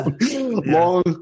long